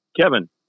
Kevin